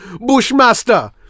Bushmaster